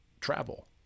travel